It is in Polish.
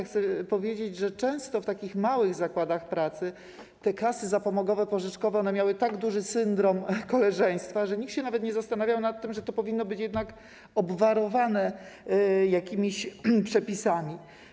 Chcę powiedzieć, że często w takich małych zakładach pracy te kasy zapomogowo-pożyczkowe miały tak wysoki poziom koleżeństwa, że nikt się nawet nie zastanawiał nad tym, że to powinno być jednak obwarowane jakimiś przepisami.